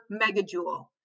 megajoule